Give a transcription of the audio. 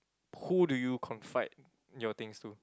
who do you confide your things to